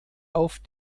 auf